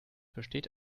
besteht